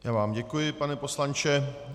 Já vám děkuji, pane poslanče.